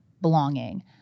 belonging